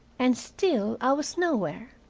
and still i was nowhere.